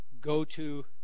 go-to